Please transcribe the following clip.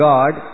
God